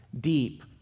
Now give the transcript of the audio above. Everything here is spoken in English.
deep